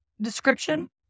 description